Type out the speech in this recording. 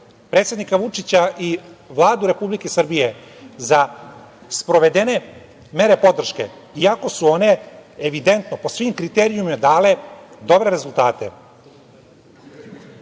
predsednika Vučića i Vladu Republike Srbije za sprovedene mere podrške iako su one evidentno po svim kriterijumima dale dobre rezultate. Ne